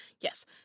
Yes